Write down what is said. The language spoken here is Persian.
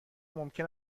ممکن